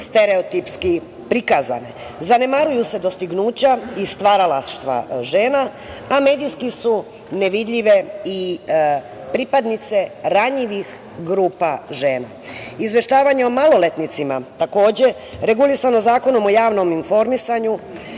stereotipski prikazane. Zanemaruju se dostignuća i stvaralaštva žena, a medijski su nevidljive i pripadnice ranjivih grupa žena. Izveštavanje o maloletnicima takođe, regulisano Zakonom o javnom informisanju,